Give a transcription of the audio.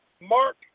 Mark